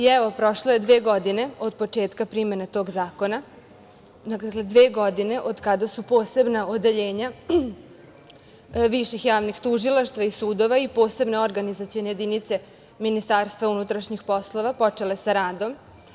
Evo, prošlo je dve godine od početka primene tog zakona, dakle dve godine od kada su posebna odeljenja viših javnih tužilaštava i sudova i posebne organizacione jedinice MUP-a počele sa radom.